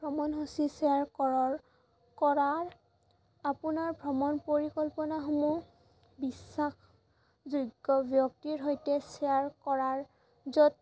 ভ্ৰমণসূচী শ্বেয়াৰ কৰাৰ কৰাৰ আপোনাৰ ভ্ৰমণ পৰিকল্পনাসমূহ বিশ্বাসযোগ্য ব্যক্তিৰ সৈতে শ্বেয়াৰ কৰাৰ য'ত